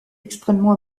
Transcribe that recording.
extrêmement